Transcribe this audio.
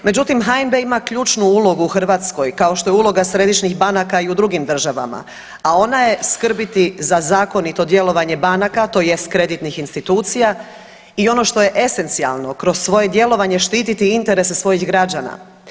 Međutim, HNB-e ima ključnu ulogu u Hrvatskoj kao što je uloga središnjih banaka i u drugim državama, a ona je skrbiti za zakonito djelovanje banaka tj. kreditnih institucija i ono što je esencijalno kroz svoje djelovanje štititi interese svojih građana.